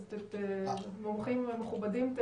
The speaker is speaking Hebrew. אז מומחים מכובדים,